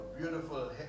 beautiful